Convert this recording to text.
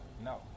No